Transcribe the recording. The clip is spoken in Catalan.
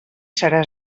serà